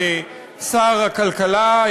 ושר הכלכלה,